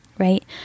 right